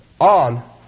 on